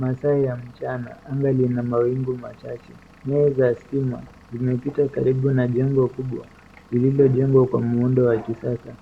Masaa ni ya mchana, anga lina mawingu machache nyaya za stima zinapita karibu na jengo kubwa lililojengwa kwa muundo wa kisasa